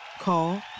Call